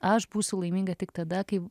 aš būsiu laiminga tik tada kai